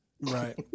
right